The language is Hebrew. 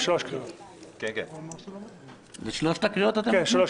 כן, בשלוש קריאות.